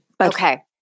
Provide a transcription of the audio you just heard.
okay